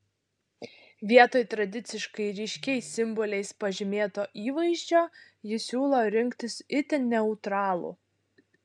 vietoj tradiciškai ryškiais simboliais pažymėto įvaizdžio ji siūlo rinktis itin neutralų